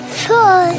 four